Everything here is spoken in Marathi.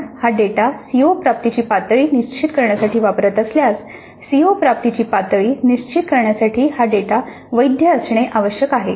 आपण हा डेटा सीओ प्राप्तीची पातळी निश्चित करण्यासाठी वापरत असल्यास सीओ प्राप्तीची पातळी निश्चित करण्यासाठी हा डेटा वैध असणे आवश्यक आहे